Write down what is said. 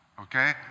okay